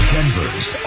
Denver's